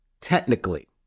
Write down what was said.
Technically